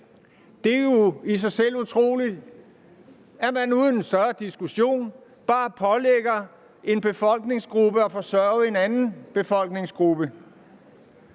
Det er jo i sig selv utroligt, at man uden en større diskussion bare pålægger en befolkningsgruppe at forsørge en anden befolkningsgruppe.